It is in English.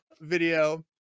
video